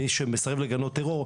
מי שמסרב לגנות טרור,